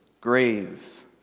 grave